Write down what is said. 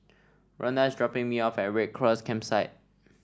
Rondal is dropping me off at Red Cross Campsite